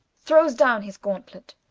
throwes downe his gauntlet.